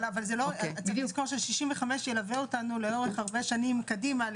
צריך לזכור שגיל 65 ילווה אותנו לאורך הרבה מאוד שנים קדימה.